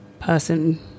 person